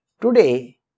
Today